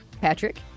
Patrick